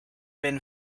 been